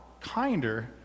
kinder